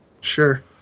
sure